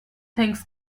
things